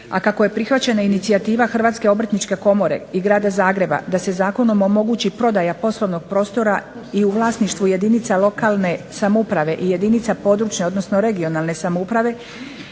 a kako je prihvaćena inicijativa Hrvatske obrtničke komore i Grada Zagreba da se zakonom omogući prodaja poslovnog prostora i u vlasništvu jedinica lokalne samouprave i jedinica područne, odnosno regionalne samouprave